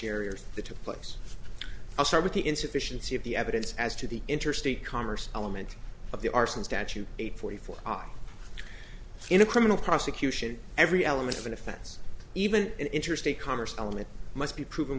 or the took place i'll start with the insufficiency of the evidence as to the interstate commerce element of the arson statute eight forty four in a criminal prosecution every element of an offense even in interstate commerce element must be proven